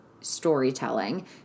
storytelling